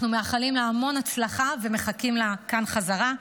אנחנו מאחלים לה המון הצלחה ומחכים לה כאן בחזרה,